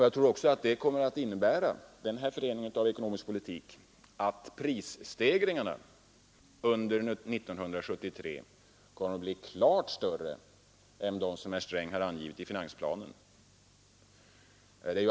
Jag tror att den sortens ekonomiska politik kommer att innebära att prisstegringarna under 1973 blir klart större än de som herr Sträng har angivit i finansplanen.